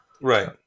right